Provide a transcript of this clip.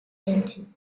elgin